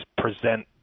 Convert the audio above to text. present